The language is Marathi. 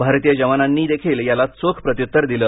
भारतीय जवानांनी देखील याला चोख प्रत्युत्तर दिलं